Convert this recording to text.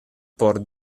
por